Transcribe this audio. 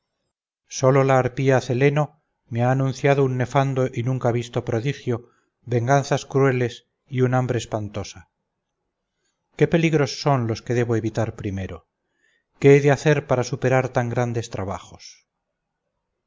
sólo la arpía celeno me ha anunciado un nefando y nunca visto prodigio venganzas crueles y un hambre espantosa qué peligros son los que debo evitar primero qué he de hacer para superar tan grandes trabajos